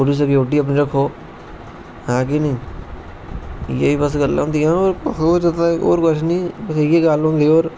थोडी सिक्योरिटी बी रक्खो है कि नेईं इये बस गल्ला होंदी ना औऱ कुछ नेई बस इयै गल्ल होंदी और